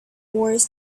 wars